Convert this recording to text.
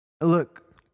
Look